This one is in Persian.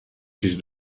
چیز